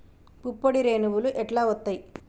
పుప్పొడి రేణువులు ఎట్లా వత్తయ్?